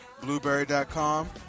Blueberry.com